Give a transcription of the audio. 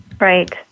Right